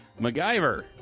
MacGyver